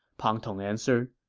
pang tong answered.